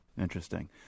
Interesting